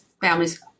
families